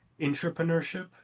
entrepreneurship